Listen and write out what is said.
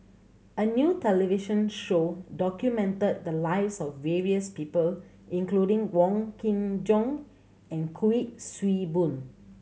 a new television show documented the lives of various people including Wong Kin Jong and Kuik Swee Boon